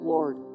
Lord